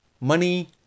money